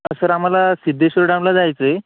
sir आम्हाला सिद्धेश्वर डॅमला जायचं आहे